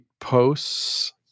posts